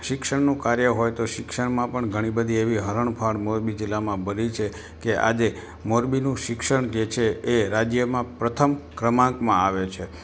શિક્ષણનું કાર્ય હોય તો શિક્ષણમાં પણ ઘણી બધી એવી હરણફાળ મોરબી જિલ્લામાં ભરી છે કે આજે મોરબીનું શિક્ષણ જે છે એ રાજ્યમાં પ્રથમ ક્રમાંકમાં આવે છે